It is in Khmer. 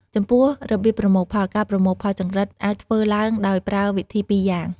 ចំពោះរបៀបប្រមូលផល ការប្រមូលផលចង្រិតអាចធ្វើឡើងដោយប្រើវិធីពីរយ៉ាង។